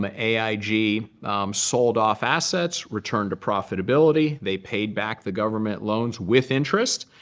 um aig sold off assets, returned to profitability. they paid back the government loans with interest.